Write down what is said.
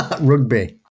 Rugby